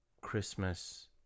Christmas